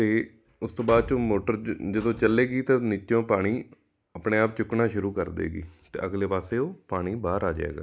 ਅਤੇ ਉਸ ਤੋਂ ਬਾਅਦ 'ਚੋਂ ਮੋਟਰ ਜਦੋਂ ਚੱਲੇਗੀ ਤਾਂ ਨੀਚਿਓ ਪਾਣੀ ਆਪਣੇ ਆਪ ਚੁੱਕਣਾ ਸ਼ੁਰੂ ਕਰ ਦੇਵੇਗੀ ਅਤੇ ਅਗਲੇ ਪਾਸਿਓ ਪਾਣੀ ਬਾਹਰ ਆ ਜਾਵੇਗਾ